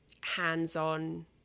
hands-on